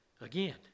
Again